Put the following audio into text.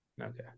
Okay